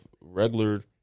regular